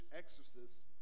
exorcists